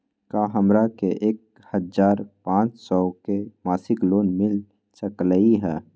का हमरा के एक हजार पाँच सौ के मासिक लोन मिल सकलई ह?